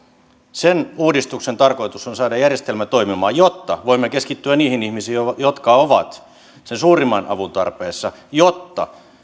sen uudistuksen tarkoitus on saada järjestelmä toimimaan jotta voimme keskittyä niihin ihmisiin jotka jotka ovat sen suurimman avun tarpeessa ja jotta